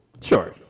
sure